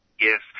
Yes